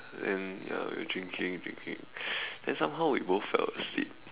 then ya we were drinking drinking then somehow we both fell asleep